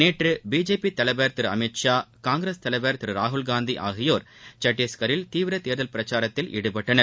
நேற்று பிஜேபி தலைவர் திரு அமித்ஷா காங்கிரஸ் தலைவர் திரு ராகுல்காந்தி ஆகியோர் சத்திஷ்கரில் தீவிர தோ்தல் பிரச்சாரத்தில் ஈடுபட்டனர்